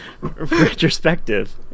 retrospective